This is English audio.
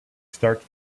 starts